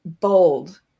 bold